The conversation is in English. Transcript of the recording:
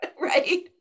Right